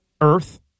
Earth